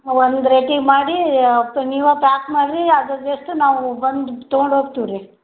ಒಂದು ರೇಟಿಗೆ ಮಾಡಿ ನೀವು ಪ್ಯಾಕ್ ಮಾಡಿರಿ ಅದ್ರದ್ದು ಎಷ್ಟು ನಾವು ಬಂದು ತೊಗೊಂಡು ಹೋಗ್ತೀವ್ ರೀ